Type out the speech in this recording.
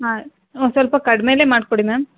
ಹಾಂ ಒಂದ್ಸ್ವಲ್ಪ ಕಡಿಮೆಲೆ ಮಾಡಿಕೊಡಿ ಮ್ಯಾಮ್